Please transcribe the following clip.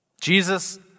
Jesus